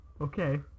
okay